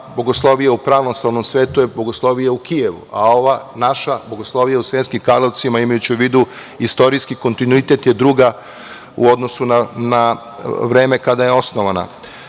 Bogoslovija u pravoslavnom svetu je Bogoslovija u Kijevu, a ova naša Bogoslovija u Sremskim Karlovcima, imajući u vidu istorijski kontinuitet, je druga u odnosu na vreme kada je osnovana.U